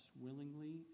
willingly